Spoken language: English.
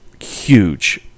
huge